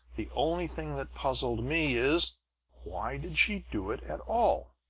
the only thing that puzzled me is why did she do it at all?